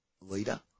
leader